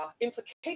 implications